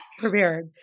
prepared